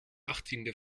achttiende